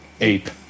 Ape